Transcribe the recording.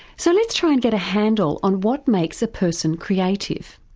so let's try and get a handle on what makes a person creative.